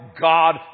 God